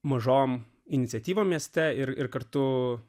mažom iniciatyva mieste ir kartu